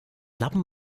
lappen